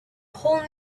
whole